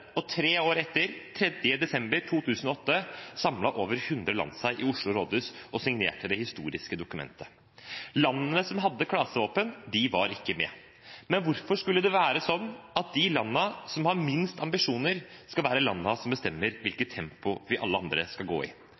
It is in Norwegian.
og tre år etter, 3. desember 2008, samlet representanter fra over hundre land seg i Oslo rådhus og signerte det historiske dokumentet. Landene som hadde klasevåpen, var ikke med. Men hvorfor skal det være sånn at de landene som har minst ambisjoner, skal være landene som bestemmer hvilket tempo alle vi andre skal gå i?